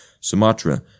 Sumatra